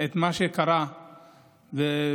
שום הקלה בפועל.